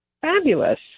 Fabulous